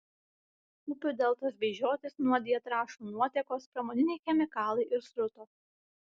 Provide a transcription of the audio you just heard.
upių deltas bei žiotis nuodija trąšų nuotėkos pramoniniai chemikalai ir srutos